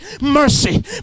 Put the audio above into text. mercy